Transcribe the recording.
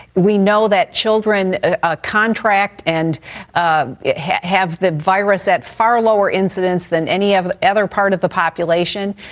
we know that children ah contract and um have have the virus at far lower incidents than any of the other part of the population.